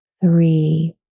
three